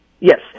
Yes